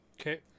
Okay